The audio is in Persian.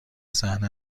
صحنه